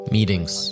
Meetings